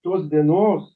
tos dienos